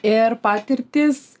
ir patirtys